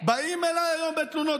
באים אליי היום בתלונות.